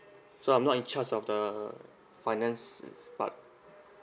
so I'm not in charge for the finance part